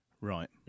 right